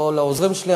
או לעוזרים שלי,